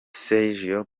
sergio